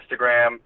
instagram